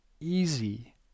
easy